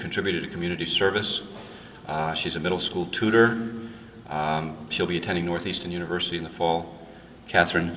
contributed to community service she's a middle school tutor she'll be attending northeastern university in the fall katherine